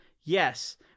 Yes